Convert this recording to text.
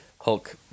Hulk